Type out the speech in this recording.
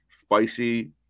spicy